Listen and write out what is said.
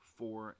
four